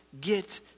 get